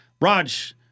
Raj